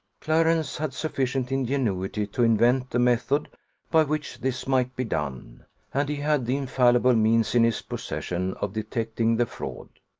clarence had sufficient ingenuity to invent the method by which this might be done and he had the infallible means in his possession of detecting the fraud.